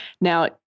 Now